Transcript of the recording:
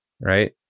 right